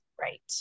Right